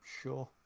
Sure